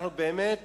אנחנו באמת